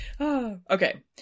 Okay